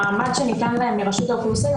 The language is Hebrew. המעמד שניתן להם מרשות האוכלוסין הוא